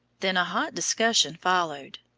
then a hot discussion followed.